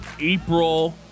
April